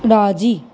राज़ी